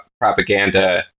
propaganda